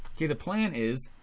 the the plan is